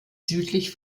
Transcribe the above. südlich